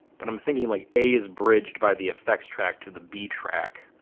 but i'm thinking like a is bridged by the effects track to the b track.